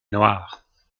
noirs